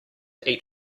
eat